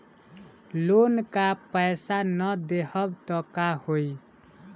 Loan का पैस न देहम त का होई?